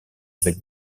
avec